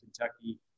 Kentucky